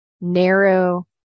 narrow